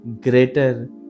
greater